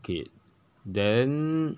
okay then